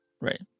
Right